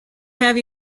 have